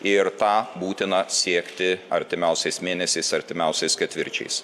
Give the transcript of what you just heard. ir tą būtina siekti artimiausiais mėnesiais artimiausiais ketvirčiais